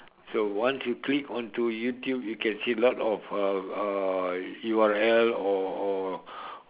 so once you click onto YouTube you can see a lot of uh uh U_R_L or or